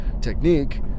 technique